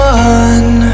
one